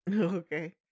Okay